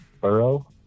Burrow